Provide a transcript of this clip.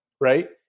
right